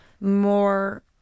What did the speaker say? more